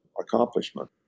accomplishment